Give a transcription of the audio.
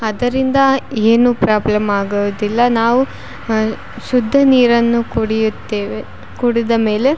ಅದರಿಂದ ಏನು ಪ್ರಾಬ್ಲಮ್ ಆಗೊದಿಲ್ಲ ನಾವು ಶುದ್ಧ ನೀರನ್ನು ಕುಡಿಯುತ್ತೇವೆ ಕುಡಿದ ಮೇಲೆ